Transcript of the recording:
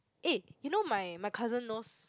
eh you know my my cousin knows